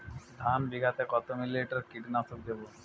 ধানে বিঘাতে কত মিলি লিটার কীটনাশক দেবো?